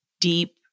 deep